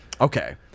Okay